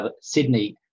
Sydney